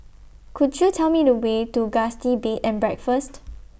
Could YOU Tell Me The Way to Gusti Bed and Breakfast